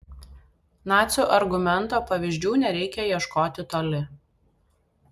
nacių argumento pavyzdžių nereikia ieškoti toli